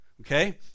Okay